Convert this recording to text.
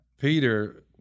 Peter